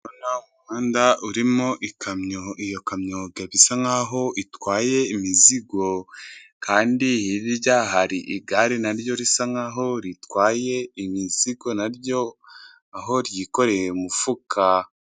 Ndabona umuhanda urimo ikamyo iyo kamyo ikaba isa nkaho itwaye imizigo kandi hirya hari igare naryo risa nkaho ritwaye imizigo naryo aho ryikoreye umufuka.